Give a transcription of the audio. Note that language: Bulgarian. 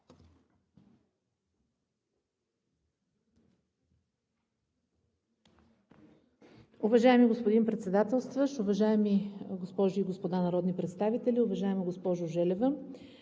Уважаеми господин Председател, уважаеми дами и господа народни представители! Уважаема госпожо Цветкова,